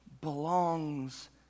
belongs